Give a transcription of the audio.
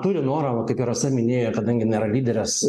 turi norą vat kaip ir rasa minėjo kadangi jinai yra lyderės